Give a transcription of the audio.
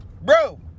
bro